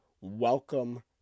welcome